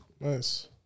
Nice